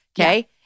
Okay